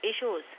issues